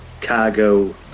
cargo